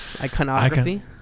Iconography